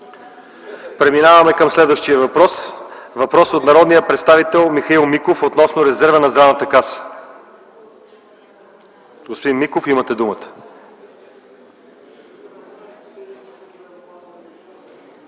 Преминаваме към следващия въпрос. Въпрос от народния представител Михаил Миков относно резерва на Здравната каса. Господин Миков, имате думата.